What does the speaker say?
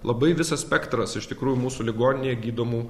labai visas spektras iš tikrųjų mūsų ligoninėje gydomų